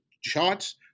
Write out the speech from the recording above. charts